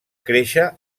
créixer